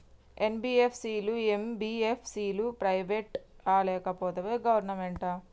NBFC లు, MBFC లు private ఆ లేకపోతే గవర్నమెంటా?